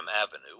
Avenue